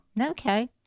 Okay